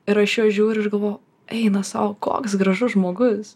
ir aš į juos žiūriu ir galvoju eina sau koks gražus žmogus